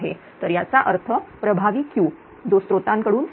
तर याचा अर्थ प्रभावी Q जो स्त्रोतांकडून येईल